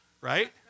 right